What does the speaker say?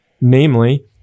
namely